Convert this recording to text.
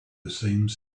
seems